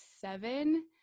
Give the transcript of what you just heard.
seven